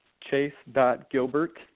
chase.gilbert